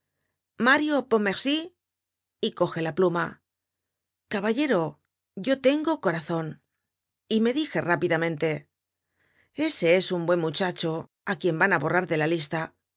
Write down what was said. mario pont mercy y coge la pluma caballero yo tengo corazon y me dije rápi damente ese es un buen muchacho á quien van á borrar de la lista